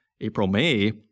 April-May